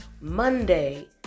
Monday